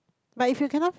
but if you cannot